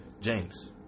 james